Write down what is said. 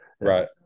right